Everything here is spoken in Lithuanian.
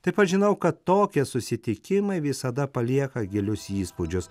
taip aš žinau kad tokie susitikimai visada palieka gilius įspūdžius